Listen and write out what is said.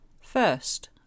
First